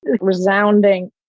Resounding